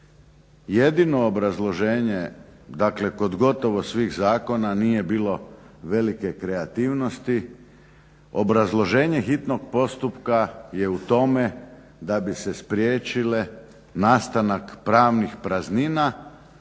jedino obrazloženje dakle kod gotovo svih zakona nije bilo velike kreativnosti. Obrazloženje hitnog postupka je u tome da bi se spriječile nastanak pravnih praznina